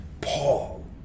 Paul